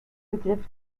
begriff